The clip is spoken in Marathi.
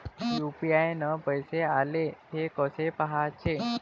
यू.पी.आय न पैसे आले, थे कसे पाहाचे?